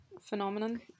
phenomenon